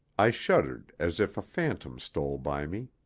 i shuddered as if a phantom stole by me.